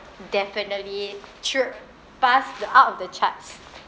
definitely true bust the out of the charts